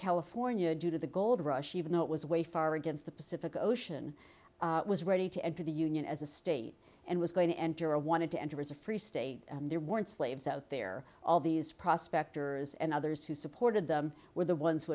california due to the gold rush even though it was way far against the pacific ocean was ready to enter the union as a state and was going to enter a wanted to enter as a free state and there weren't slaves out there all these prospectors and others who supported them were the ones who